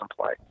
play